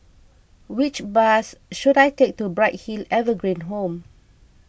which bus should I take to Bright Hill Evergreen Home